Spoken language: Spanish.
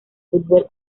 fútbol